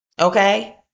Okay